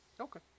Okay